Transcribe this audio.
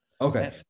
Okay